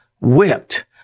whipped